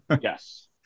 Yes